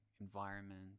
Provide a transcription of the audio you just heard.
environment